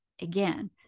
again